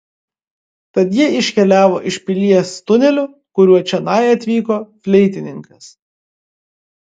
tad jie iškeliavo iš pilies tuneliu kuriuo čionai atvyko fleitininkas